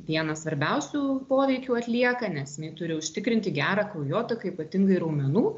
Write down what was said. vieną svarbiausių poveikių atlieka nes jinai turi užtikrinti gerą kraujotaką ypatingai raumenų